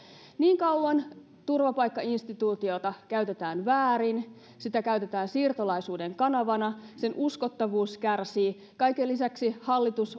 niin kauan turvapaikkainstituutiota käytetään väärin sitä käytetään siirtolaisuuden kanavana sen uskottavuus kärsii kaiken lisäksi hallitus